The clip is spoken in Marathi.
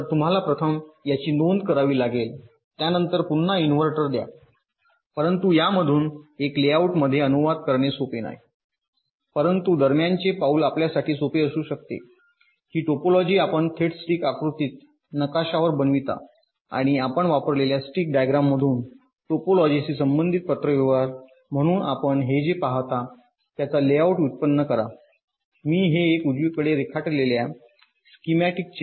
तर तुम्हाला प्रथम याची नोंद लागू करावी लागेल त्यानंतर पुन्हा इन्व्हर्टर द्या परंतु यामधून एका लेआउटमध्ये अनुवाद करणे सोपे नाही परंतु दरम्यानचे पाऊल आपल्यासाठी सोपे असू शकते ही टोपोलॉजी आपण थेट स्टिक आकृतीत नकाशावर बनविता आणि आपण वापरलेल्या स्टिक डायग्राममधून टोपोलॉजीशी संबंधित पत्रव्यवहार म्हणून आपण हे जे पाहता त्याचा लेआउट व्युत्पन्न करा मी हे एक उजवीकडे रेखाटलेल्या स्कीमॅटिकचे